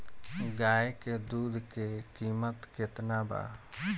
गाय के दूध के कीमत केतना बा?